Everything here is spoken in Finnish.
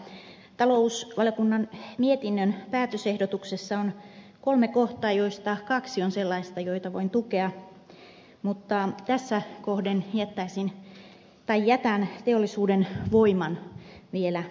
talousvaliokunnan mietinnön päätösehdotuksessa on kolme kohtaa joista kaksi on sellaista joita voin tukea mutta tässä kohden jätän teollisuuden voiman vielä odottamaan